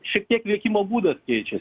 šiek tiek veikimo būdas keičiasi